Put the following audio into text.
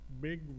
big